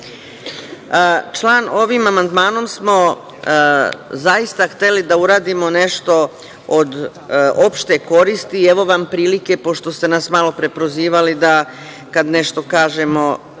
Ovim amandmanom smo zaista hteli da uradimo nešto od opšte koristi i evo vam prilike, pošto ste nas malopre prozivali da kada nešto kažemo